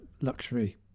luxury